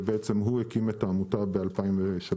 והוא הקים את העמותה ב-2003.